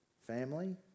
family